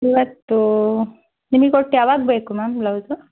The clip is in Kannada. ಇವತ್ತು ನಿಮಗೆ ಒಟ್ಟು ಯಾವಾಗ ಬೇಕು ಮ್ಯಾಮ್ ಬ್ಲೌಸು